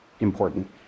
important